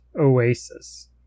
Oasis